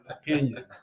opinion